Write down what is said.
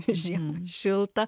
žiemą šilta